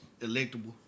electable